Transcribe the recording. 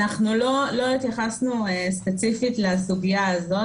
אנחנו לא התייחסנו ספציפית לסוגיה הזאת.